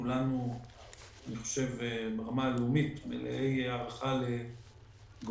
כולנו ברמה הלאומית מלאי הערכה לגורמי